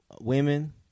women